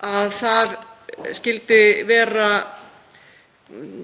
að það væri í rauninni